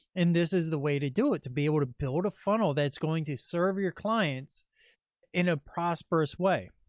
and this is the way to do it. to be able to build a funnel that's going to serve your clients in a prosperous way.